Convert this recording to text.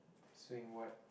saying what